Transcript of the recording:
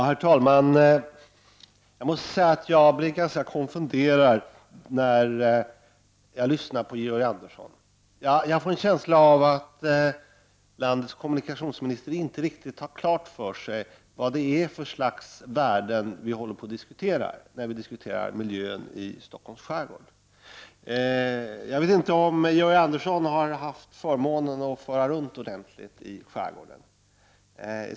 Herr talman! Jag måste säga att jag blir ganska konfunderad när jag lyssnar på Georg Andersson. Jag får en känsla av att landets kommunikationsminister inte riktigt har klart för sig vilka värden det är vi diskuterar när vi diskuterar miljön i Stockholms skärgård. Jag vet inte om Georg Andersson har haft förmånen att åka runt ordentligt i skärgården.